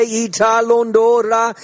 italondora